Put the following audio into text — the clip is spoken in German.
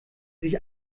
sich